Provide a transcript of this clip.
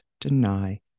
deny